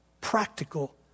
practical